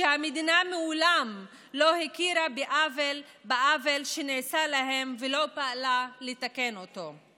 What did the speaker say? שהמדינה מעולם לא הכירה בעוול שנעשה להם ולא פעלה לתקן אותו.